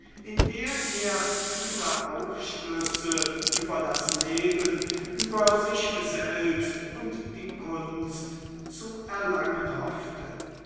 in der er viele aufschlüsse über das leben über sich selbst und die kunst zu erlangen hoffte